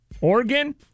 oregon